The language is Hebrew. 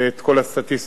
ואת כל הסטטיסטיקות.